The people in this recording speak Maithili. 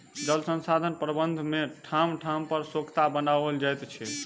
जल संसाधन प्रबंधन मे ठाम ठाम पर सोंखता बनाओल जाइत छै